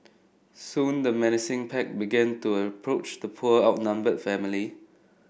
soon the menacing pack began to approach the poor outnumbered family